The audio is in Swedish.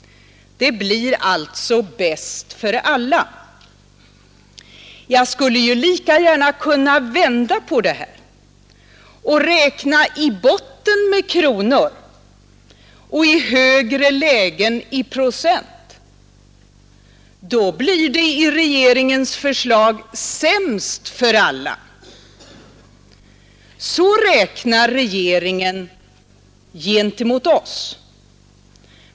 Det blir alltså bäst för alla. Jag skulle lika gärna kunna vända på det och räkna i botten med kronor och i högre lägen med procent. Då blir det med regeringens förslag sämst för alla. Så räknar regeringen gentemot oss.